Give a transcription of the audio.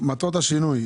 מטרות השינוי.